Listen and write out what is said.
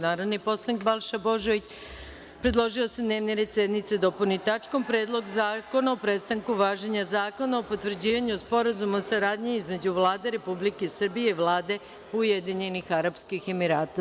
Narodni poslanik Balša Božović predložio je da se dnevni red sednice dopuni tačkom - Predlog zakona o prestanku važenja Zakona o potvrđivanju Sporazuma o saradnji između Vlade Republike Srbije i Vlade Ujedinjenih Arapskih Emirata.